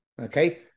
okay